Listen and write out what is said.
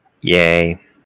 Yay